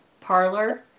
parlor